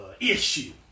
issue